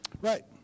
right